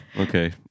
okay